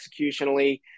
executionally